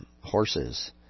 horses